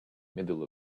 middle